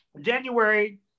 January